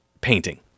painting